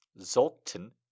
Zoltan